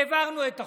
העברנו את החוק.